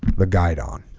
the guide on